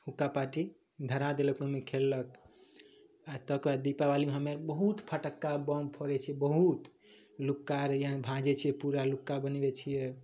हुक्का पाती धरा देलक ओहिमे खेललक आओर ताहिके दीपावली हमे बहुत फटक्का बम फोड़ै छिए बहुत लुक्का आर भाँजै छिए पूरा लुक्का बनबै छिए